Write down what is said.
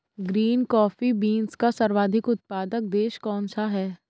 Green coffee beans का सर्वाधिक उत्पादक देश कौन सा है?